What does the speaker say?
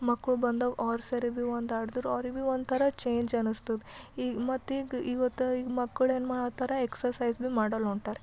ಮಕ್ಕಳು ಬಂದವ ಅವ್ರು ಸರಿ ಭೀ ಒಂದು ಆಡಿದ್ರೆ ಅವ್ರಿಗೆ ಒಂಥರ ಚೇಂಜ್ ಅನ್ನಿಸ್ತದೆ ಈಗ ಮತ್ತು ಈಗ ಇವತ್ತು ಈಗ ಮಕ್ಕಳು ಏನು ಮಾಡತ್ತಾರ ಎಕ್ಸರ್ಸೈಸ್ ಭೀ ಮಾಡಲ್ಲ ಹೊಂಟಾರ